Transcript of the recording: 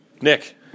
Nick